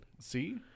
See